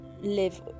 live